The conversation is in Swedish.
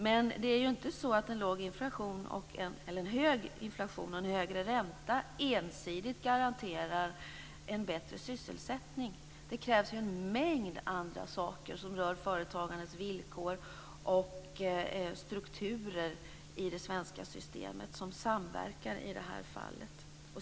Men det är ju inte så att en hög inflation och en högre ränta ensidigt garanterar en högre sysselsättning. Det krävs en mängd andra saker som rör företagarnas villkor och strukturer i det svenska systemet, vilka samverkar i det här fallet.